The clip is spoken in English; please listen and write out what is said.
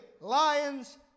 lion's